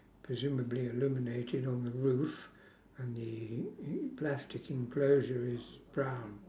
presumably illuminated on the roof and the plastic enclosure is brown